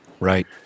Right